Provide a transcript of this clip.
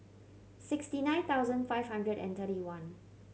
sixty nine thousand five hundred and thirty one